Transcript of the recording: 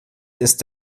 ist